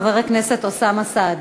חבר הכנסת אוסאמה סעדי.